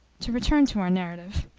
to return to our narrative.